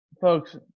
folks